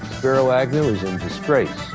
spiro agnew is in disgrace.